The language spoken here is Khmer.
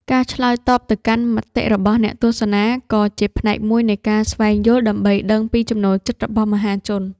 ការឆ្លើយតបទៅកាន់មតិរបស់អ្នកទស្សនា ក៏ជាផ្នែកមួយនៃការស្វែងយល់ ដើម្បីដឹងពីចំណូលចិត្តរបស់មហាជន។